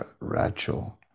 rachel